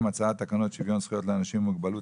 והצעת תקנות שוויון זכויות לאנשים עם מוגבלות